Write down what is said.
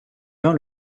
vint